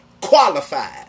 qualified